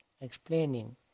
explaining